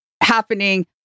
happening